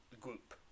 group